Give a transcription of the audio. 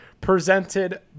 presented